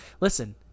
listen